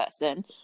person